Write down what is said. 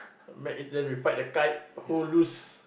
make it then we fight the kite who lose